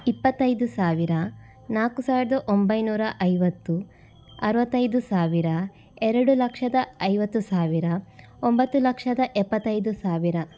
ಇಪ್ಪತ್ತೈದು ಸಾವಿರ ನಾಲ್ಕು ಸಾವಿರದ ಒಂಬೈನೂರ ಐವತ್ತು ಅರವತ್ತೈದು ಸಾವಿರ ಎರಡು ಲಕ್ಷದ ಐವತ್ತು ಸಾವಿರ ಒಂಬತ್ತು ಲಕ್ಷದ ಎಪ್ಪತ್ತೈದು ಸಾವಿರ